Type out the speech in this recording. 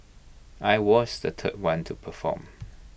I was the third one to perform